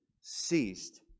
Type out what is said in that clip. ceased